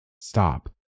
stop